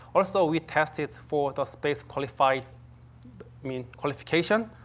also we tested for the space qualify i mean, qualification,